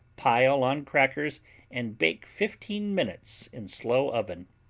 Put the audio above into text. pile on crackers and bake fifteen minutes in slow oven.